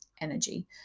energy